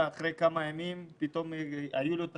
אחרי כמה ימים לאחר שהוא הגיע היו לו פתאום